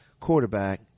quarterback